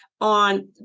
on